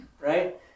right